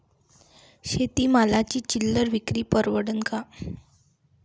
शेती मालाची चिल्लर विक्री परवडन का?